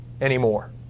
anymore